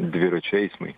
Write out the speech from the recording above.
dviračių eismui